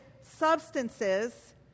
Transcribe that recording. substances